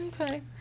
Okay